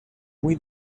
muy